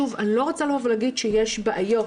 שוב, אני לא רוצה לבוא ולהגיד שיש בעיות